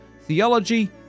Theology